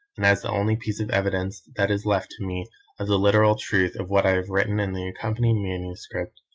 and as the only piece of evidence that is left to me of the literal truth of what i have written in the accompanying manuscript,